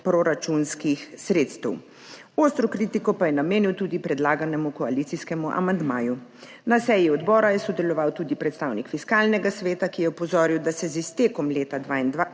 proračunskih sredstev. Ostro kritiko pa je namenil tudi predlaganemu koalicijskemu amandmaju. Na seji odbora je sodeloval tudi predstavnik Fiskalnega sveta, ki je opozoril, da se z iztekom leta 2023